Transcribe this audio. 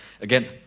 again